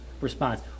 response